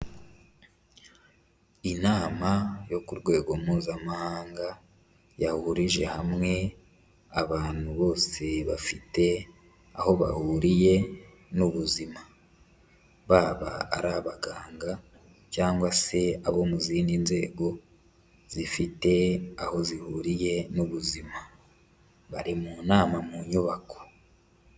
Inama yo ku rwego mpuzamahanga yahurije hamwe abantu bose bafite aho bahuriye n'ubuzima, Baba ari abaganga cyangwa se abo mu zindi nzego zifite aho zihuriye n'ubuzima. Bari mu nama, mu nyubako.